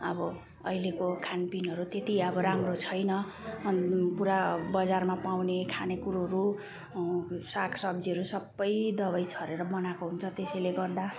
अब अहिलेको खानपिनहरू त्यति अब राम्रो छैन अनि पुरा बजारमा पाउने खानेकुरोहरू सागसब्जीहरू सबै दबाई छरेर बनाएको हुन्छ त्यसैले गर्दा